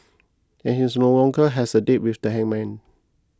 and he's no longer has a date with the hangman